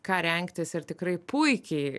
ką rengtis ir tikrai puikiai